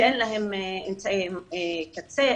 שאין להם אמצעי קצה,